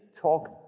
talk